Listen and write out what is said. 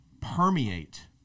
permeate